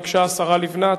ביקשה השרה לבנת,